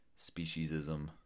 speciesism